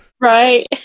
Right